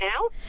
now